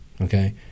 okay